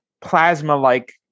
plasma-like